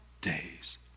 days